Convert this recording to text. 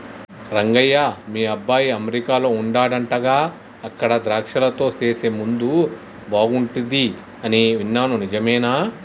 రంగయ్య మీ అబ్బాయి అమెరికాలో వుండాడంటగా అక్కడ ద్రాక్షలతో సేసే ముందు బాగుంటది అని విన్నాను నిజమేనా